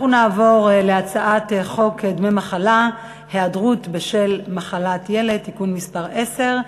אנחנו נעבור להצעת חוק דמי מחלה (היעדרות בשל מחלת ילד) (תיקון מס' 10)